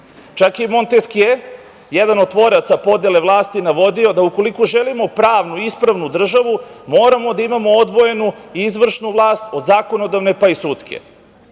i Monteskje, jedan od tvoraca podele vlasti je navodio da ukoliko želimo pravnu, ispravnu državu moramo da imamo odvojenu izvršnu vlast od zakonodavne, pa i sudske.U